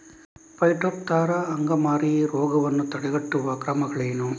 Phytophthora ಅಂಗಮಾರಿ ರೋಗವನ್ನು ತಡೆಗಟ್ಟುವ ಕ್ರಮಗಳೇನು?